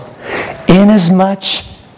Inasmuch